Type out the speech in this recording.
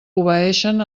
obeeixen